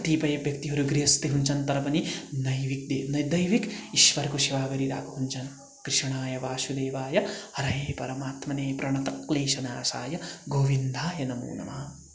कतिपय व्यक्तिहरू गृहस्थी हुन्छन् तर पनि नैविद्य दैविक ईश्वरको सेवा गरिरहेको हुन्छन् कृष्णाये वासुदेवाय हराये परमात्माने प्रणतक्लेष नाशाय गोविन्दाय नमो नमः